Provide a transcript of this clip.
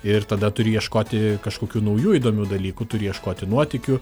ir tada turi ieškoti kažkokių naujų įdomių dalykų turi ieškoti nuotykių